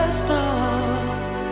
start